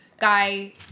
guy